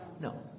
No